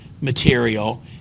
material